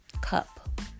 cup